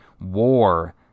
war